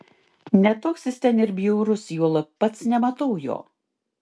ne toks jis ten ir bjaurus juolab pats nematau jo